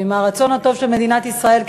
ועם הרצון הטוב של מדינת ישראל,